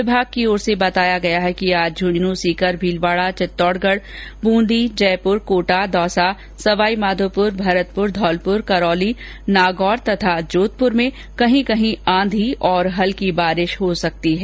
विभाग की ओर से बताया गया है कि आज झुन्झुन् सीकर भीलवाड़ा चित्तौडगढ़ बूंदी जयपुर कोटा दौसा सवाईमाघोपुर भरतपुर धौलपुर करौली नागौर तथा जोधपुर में कहीं कहीं आंधी और हल्की बारिश हो सकती है